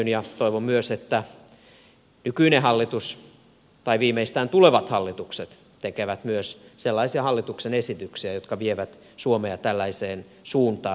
toivon myös että nykyinen hallitus tai viimeistään tulevat hallitukset tekevät myös sellaisia hallituksen esityksiä jotka vievät suomea tällaiseen suuntaan